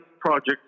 project